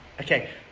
okay